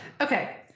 Okay